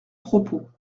propos